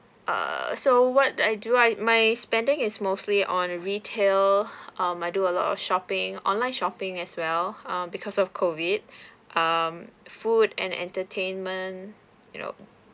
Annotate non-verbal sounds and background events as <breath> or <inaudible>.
err so what I do I my spending is mostly on a retail um I do a lot of shopping online shopping as well uh because of COVID <breath> um food and entertainment you know